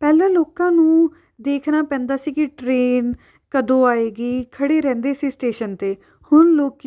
ਪਹਿਲਾਂ ਲੋਕਾਂ ਨੂੰ ਦੇਖਣਾ ਪੈਂਦਾ ਸੀ ਕਿ ਟਰੇਨ ਕਦੋਂ ਆਏਗੀ ਖੜ੍ਹੇ ਰਹਿੰਦੇ ਸੀ ਸਟੇਸ਼ਨ 'ਤੇ ਹੁਣ ਲੋਕ